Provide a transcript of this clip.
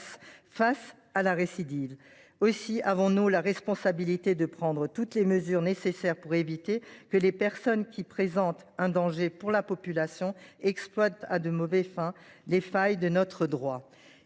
face à la récidive. Aussi avons nous la responsabilité de prendre toutes les mesures nécessaires pour éviter que les personnes qui présentent un danger pour la population n’exploitent à de mauvaises fins les failles de notre droit.